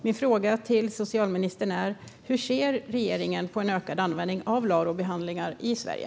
Min fråga till socialministern är: Hur ser regeringen på en ökad användning av LARO-behandlingar i Sverige?